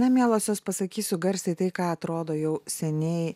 na mielosios pasakysiu garsiai tai ką atrodo jau seniai